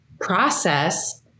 process